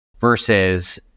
versus